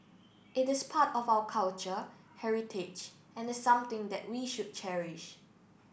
it is part of our culture heritage and is something that we should cherish